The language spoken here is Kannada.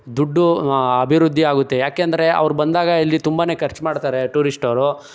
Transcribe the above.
ದುಡ್ಡು ಅಭಿವೃದ್ಧಿಯಾಗುತ್ತೆ ಯಾಕೆಂದರೆ ಅವ್ರು ಬಂದಾಗ ಇಲ್ಲಿ ತುಂಬಾ ಖರ್ಚು ಮಾಡ್ತಾರೆ ಟೂರಿಸ್ಟವರು